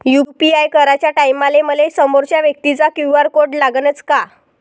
UPI कराच्या टायमाले मले समोरच्या व्यक्तीचा क्यू.आर कोड लागनच का?